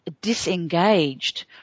disengaged